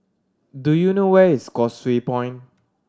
do you know where is Causeway Point